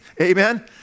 amen